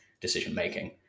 decision-making